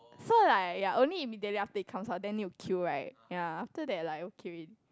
so like ya only immediately after he comes out then you will queue right ya after that like okay wait